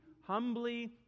humbly